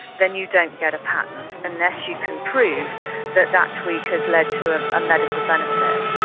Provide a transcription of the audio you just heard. then you don't get a patent unless you can prove that that tweak has led to ah a medical benefit.